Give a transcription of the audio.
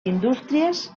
indústries